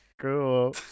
cool